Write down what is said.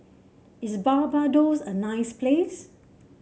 is Barbados a nice place